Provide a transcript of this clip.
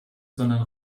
sondern